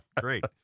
Great